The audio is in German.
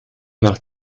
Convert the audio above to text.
nach